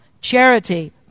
Charity